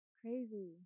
Crazy